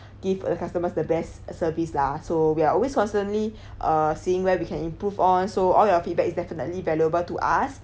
give our customers the best service lah so we are always constantly uh seeing where we can improve on so all your feedback is definitely valuable to us